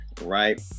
right